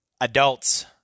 Adults